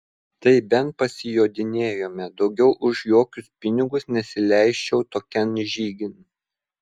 tai bent pasijodinėjome daugiau už jokius pinigus nesileisčiau tokian žygin